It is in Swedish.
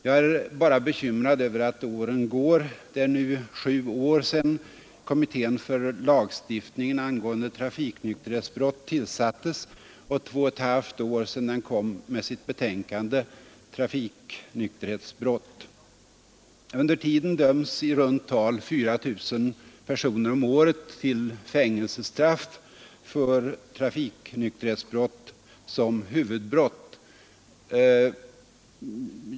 Jag är bara bekymrad över att åren går — det är nu sju år sedan kommittén för lagstiftningen angående trafiknykterhetsbrott tillsattes och två och ett halvt år sedan den kom med sitt betänkande Trafiknykterhetsbrott. Under tiden döms i runt tal 4 000 personer om året till fängelsestraff för trafiknykterhetsbrott som huvudbrott.